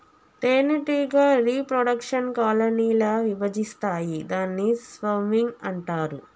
తేనెటీగ reproduction colony ల విభజిస్తాయి దాన్ని స్వర్మింగ్ అంటారు